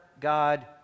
God